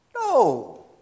No